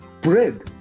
bread